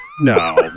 No